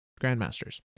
Grandmasters